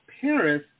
Paris